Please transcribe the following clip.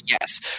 Yes